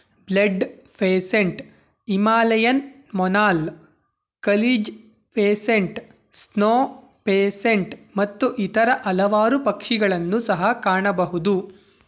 blood pheasant Himalayan monal kalij pheasant snow pheasant ಮತ್ತು ಇತರ ಹಲವಾರು ಪಕ್ಷಿಗಳನ್ನು ಸಹ ಕಾಣಬಹುದು